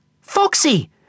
Foxy